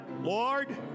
Lord